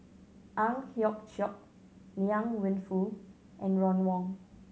Ang Hiong Chiok Liang Wenfu and Ron Wong